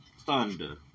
Thunder